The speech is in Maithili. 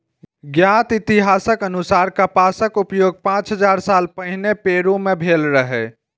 ज्ञात इतिहासक अनुसार कपासक उपयोग पांच हजार साल पहिने पेरु मे भेल रहै